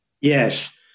Yes